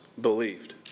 believed